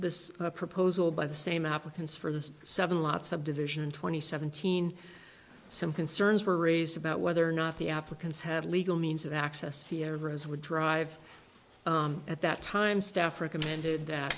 this proposal by the same applicants for the seven lots of division twenty seventeen some concerns were raised about whether or not the applicants have legal means of access the arrows would drive at that time staff recommended that